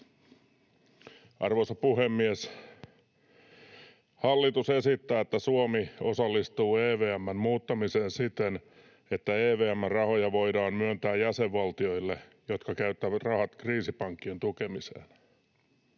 Arvoisa puhemies! Hallitus esittää, että Suomi osallistuu EVM:n muuttamiseen siten, että EVM:n rahoja voidaan myöntää jäsenvaltioille, jotka käyttävät rahat kriisipankkien tukemiseen.